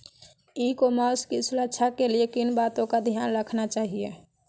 ई commerce की सुरक्षा के लिए किन बातों का ध्यान रखना चाहिए?